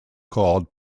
called